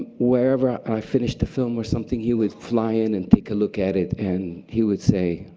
wherever i finished a film or something, he would fly in and take a look at it and he would say,